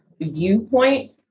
viewpoint